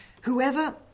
whoever